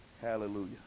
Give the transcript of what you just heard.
hallelujah